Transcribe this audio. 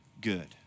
good